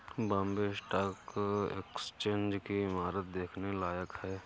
Bombay stock exchange की इमारत देखने लायक है